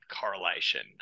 correlation